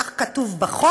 כך כתוב בחוק,